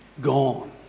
gone